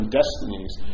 destinies